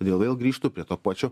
todėl vėl grįžtu prie to pačio